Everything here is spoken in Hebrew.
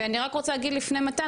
ואני רק רוצה להגיד לפני מתן,